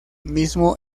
mismo